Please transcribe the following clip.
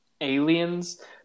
aliens